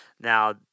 Now